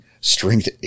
Strength